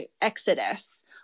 Exodus